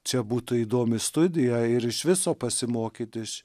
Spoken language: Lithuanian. čia būtų įdomi studija ir iš viso pasimokyti iš